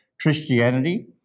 Christianity